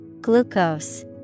Glucose